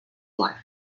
life